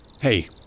Hey